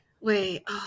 Wait